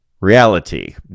Reality